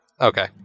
okay